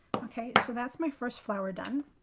ok. so that's my first flower done.